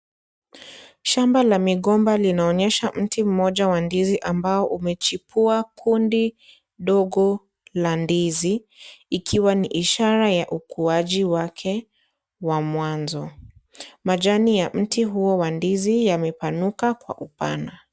Shamba la migomba linaonesha mti mmoja wa ndizi ambao umechipua kundi dogo la ndizi ikiwa ni ishara ya ukuaji wake wa mwanzo, majani ya mti huo wa ndizi yamepanuka kwa upana.